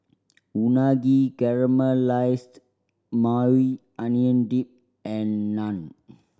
Unagi Caramelized Maui Onion Dip and Naan